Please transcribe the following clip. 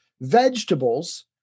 vegetables